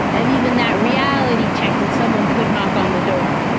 and even that reality check that someone could knock on the door,